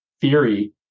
theory